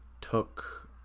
took